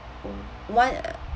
one a~